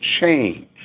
change